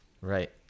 Right